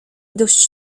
dość